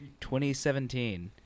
2017